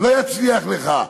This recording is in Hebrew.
לא יצליח לך.